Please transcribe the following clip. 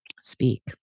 speak